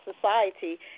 society